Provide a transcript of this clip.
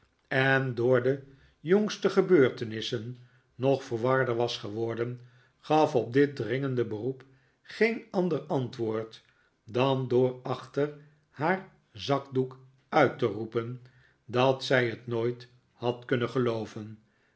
en door de jpngste gebeurtenissen nog verwarder was geworden gaf op dit dringende beroep geen ander antwoord dan door achter haar zakdoek uit te roepen dat zij het nooit had kunnen gelooven